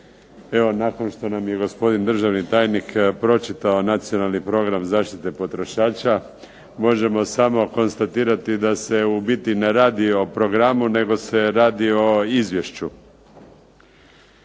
Evo nakon što nam je gospodin državni tajnik pročitao Nacionalni program zaštite potrošača možemo samo konstatirati da se u biti ne radi o programu, nego se radi o izvješću.